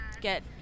get